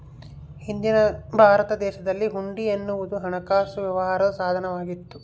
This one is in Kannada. ಹಿಂದಿನ ಭಾರತ ದೇಶದಲ್ಲಿ ಹುಂಡಿ ಎನ್ನುವುದು ಹಣಕಾಸು ವ್ಯವಹಾರದ ಸಾಧನ ವಾಗಿತ್ತು